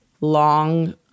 long